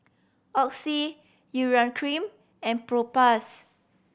Oxy Urea Cream and Propass